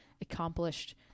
accomplished